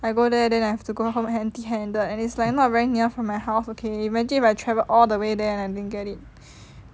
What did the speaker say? I go there then I have to go home empty handed and it's like not very near from my house okay imagine if I travel all the way there and I didn't get it